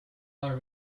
our